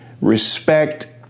respect